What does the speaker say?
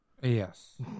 Yes